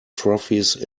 trophies